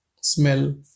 smell